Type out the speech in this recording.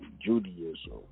Judaism